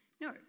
No